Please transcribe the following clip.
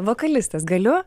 vokalistas galiu